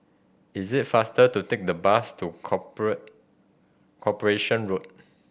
is it faster to take the bus to Corporation Road